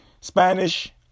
Spanish